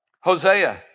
Hosea